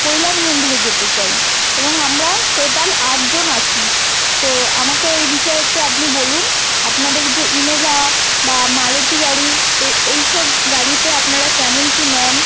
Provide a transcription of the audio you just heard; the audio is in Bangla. পৈলান মন্দিরে যেতে চাই এবং আমরা টোটাল আটজন আছি তো আমাকে এই বিষয়ে একটু আপনি বলুন আপনাদের যে ইনোভা বা মারুতি গাড়ি এ এই সব গাড়িতে আপনারা কেমন কী নেন